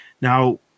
Now